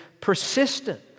persistent